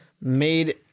made